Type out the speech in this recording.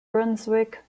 brunswick